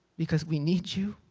because we need you,